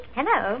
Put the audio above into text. Hello